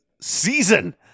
season